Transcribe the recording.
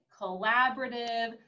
collaborative